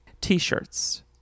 t-shirts